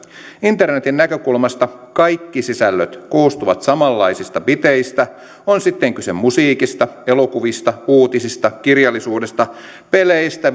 internetin näkökulmasta kaikki sisällöt koostuvat samanlaisista biteistä on sitten kyse musiikista elokuvista uutisista kirjallisuudesta peleistä